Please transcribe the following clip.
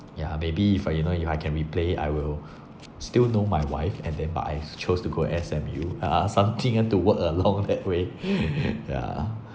yeah maybe if I you know if I can replay it I will still know my wife and then but I chose to go S_M_U ah something to work along that way yeah